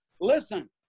listen